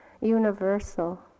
universal